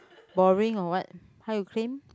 boring or what how you claim